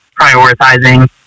prioritizing